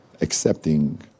accepting